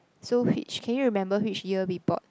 so which can you remember which year we bought